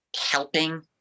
helping